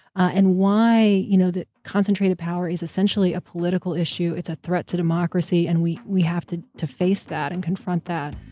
and why you know the concentrated power is essentially a political issue, it's a threat to democracy, and we we have to to face that and confront that.